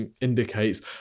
indicates